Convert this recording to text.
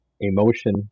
emotion